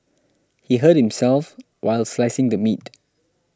he hurt himself while slicing the meat